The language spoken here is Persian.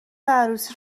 عروسی